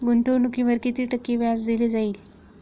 गुंतवणुकीवर किती टक्के व्याज दिले जाईल?